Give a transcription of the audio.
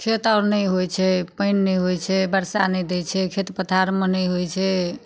खेत आओर नहि होइ छै पानि नहि होइ छै वर्षा नहि दै छै खेत पथारमे नहि होइ छै